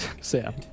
sam